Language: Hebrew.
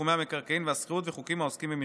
תחומי המקרקעין והשכירות וחוקים העוסקים במחזור.